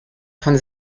von